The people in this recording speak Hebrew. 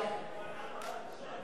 מאיר שטרית